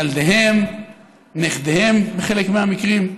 וילדיהם ונכדיהם בחלק מהמקרים,